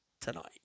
tonight